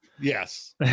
Yes